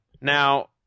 Now